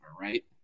right